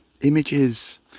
images